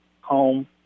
home